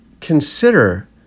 consider